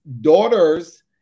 daughters